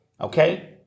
Okay